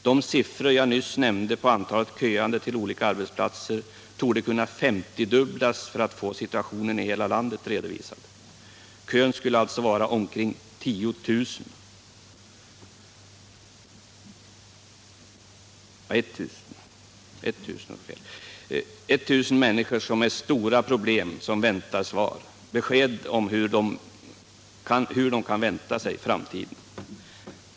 De siffror jag nyss nämnde om antalet köande till olika arbetsplatser bör kanske femtiodubblas för att vi skall få situationen i hela landet redovisad. Kön skulle alltså vara omkring 1 000 personer. 1 000 människor med stora problem som väntar besked om hur de kan tänka sig framtiden.